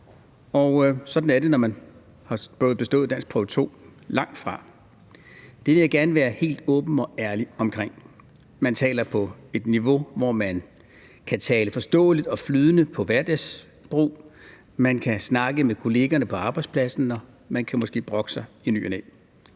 dansk, når man har bestået danskprøve 2 – langtfra. Det vil jeg gerne være helt åben og ærlig omkring. Man taler på et niveau, hvor man kan tale forståeligt og flydende til hverdagsbrug. Man kan snakke med kollegerne på arbejdspladsen, og man kan måske brokke sig i ny og næ.